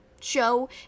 show